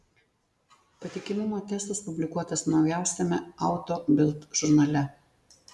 patikimumo testas publikuotas naujausiame auto bild žurnale